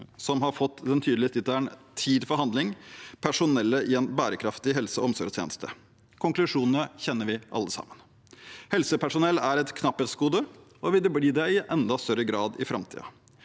som har fått den tydelige tittelen Tid for handling – Personellet i en bærekraftig helse- og omsorgstjeneste. Konklusjonene kjenner vi alle sammen. Helsepersonell er et knapphetsgode og vil bli det i enda større grad i framtiden.